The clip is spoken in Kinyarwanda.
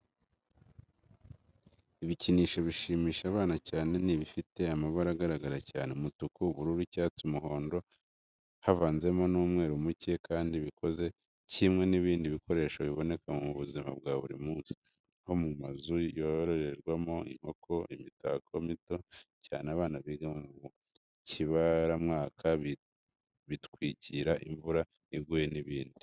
Ibikinisho bishimisha abana cyane ni ibifite amabara agaragara cyane: umutuku, ubururu, icyatsi, umuhondo havanzemo n'umweru muke, kandi bikoze kimwe n'ibindi bikoresho biboneka mu buzima bwa buri munsi, nko mu mazu yororerwamo inkoko, imitako mito cyane abana biga mu kiburamwaka bitwikira imvura iguye n'ibindi.